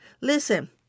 Listen